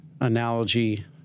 analogy